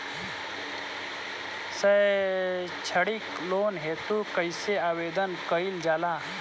सैक्षणिक लोन हेतु कइसे आवेदन कइल जाला?